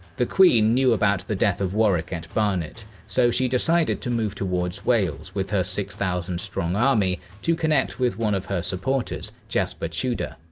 the queen knew about the death of warwick at barnet, so she decided to move towards wales with her six thousand strong army to connect with one of her supporters jasper tudor.